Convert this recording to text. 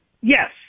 Yes